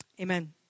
Amen